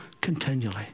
continually